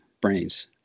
brains